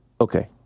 Okay